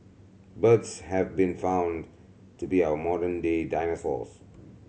birds have been found to be our modern day dinosaurs